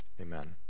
amen